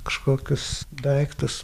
kažkokius daiktus